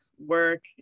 work